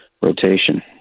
rotation